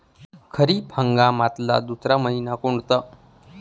खरीप हंगामातला दुसरा मइना कोनता?